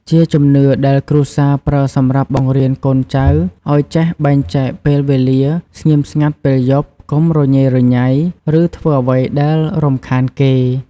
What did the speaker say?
ជាជំនឿដែលគ្រួសារប្រើសម្រាប់បង្រៀនកូនចៅឲ្យចេះបែងចែកពេលវេលា ស្ងៀមស្ងាត់ពេលយប់ កុំរញ៉េរញ៉ៃ ឬធ្វើអ្វីដែលរំខានគេ។